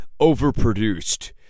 overproduced